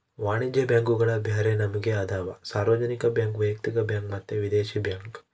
ವಾಣಿಜ್ಯ ಬ್ಯಾಂಕುಗುಳಗ ಬ್ಯರೆ ನಮನೆ ಅದವ, ಸಾರ್ವಜನಿಕ ಬ್ಯಾಂಕ್, ವೈಯಕ್ತಿಕ ಬ್ಯಾಂಕ್ ಮತ್ತೆ ವಿದೇಶಿ ಬ್ಯಾಂಕ್